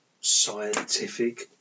scientific